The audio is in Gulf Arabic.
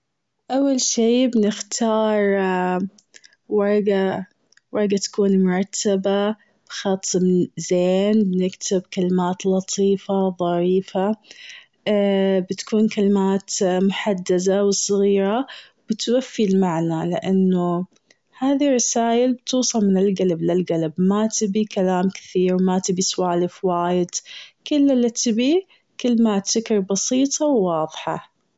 أول شي بنختار ورقة- ورقة تكون مرتبة، بخط زين بنكتب كلمات لطيفة ظريفة بتكون كلمات محددة وصغيرة وتوفي المعنى، لأنه هذي رسايل توصل من القلب للقلب ما تبي كلام كثير وما تبي سوالف وايد. كل اللي تبيه كل كلماتك بسيطة وواضحة.